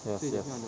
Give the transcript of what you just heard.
yes yes